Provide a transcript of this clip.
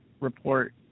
report